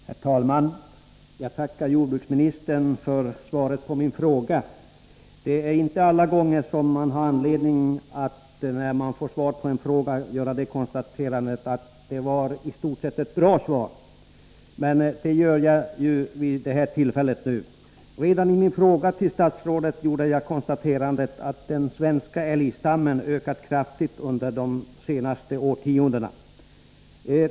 Herr talman! Jag tackar jordbruksministern för svaret på min fråga. Det är inte alla gånger, när man får svar på en fråga, som man har anledning att göra konstaterandet att det i stort sett var ett bra svar — men det gör jag vid detta tillfälle. Redan i min fråga till statsrådet konstaterade jag att den svenska älgstammen ökat kraftigt under de senaste årtiondena.